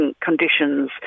conditions